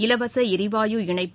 இலவச எரிவாயு இணைப்பு